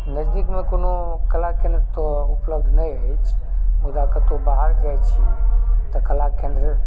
नजदीकमे कोनो कलाकेन्द्र तऽ उपलब्ध नहि अछि मुदा कतौ बाहर जाइ छी तऽ कला केन्द्र